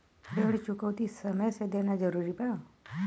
ऋण चुकौती समय से देना जरूरी बा?